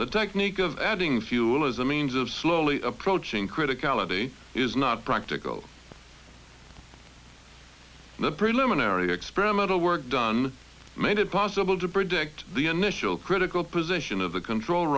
the technique of adding fuel as a means of slowly approaching criticality is not practical the preliminary experimental work done made it possible to predict the initial critical position of the control